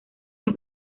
han